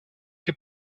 que